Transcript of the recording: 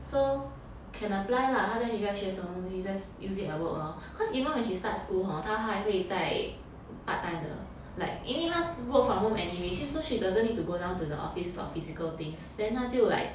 so can apply lah 她在学校学什么东西 just use it at work lor cause even when she start school hor 她还会在 part time 的 like 因为她 work from home anyway so she doesn't need to go down to the office or physical things then 她就 like